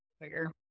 bigger